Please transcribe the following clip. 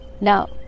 now